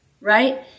Right